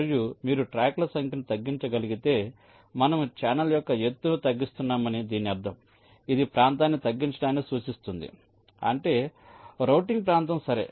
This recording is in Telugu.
మరియు మీరు ట్రాక్ల సంఖ్యను తగ్గించగలిగితే మనము ఛానెల్ యొక్క ఎత్తును తగ్గిస్తున్నామని దీని అర్థం ఇది ప్రాంతాన్ని తగ్గించడాన్ని సూచిస్తుంది అంటే రౌటింగ్ ప్రాంతం సరే